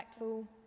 impactful